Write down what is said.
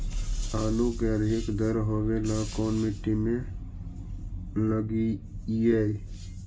आलू के अधिक दर होवे ला कोन मट्टी में लगीईऐ?